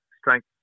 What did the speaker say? strength